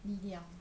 力量